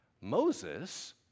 Moses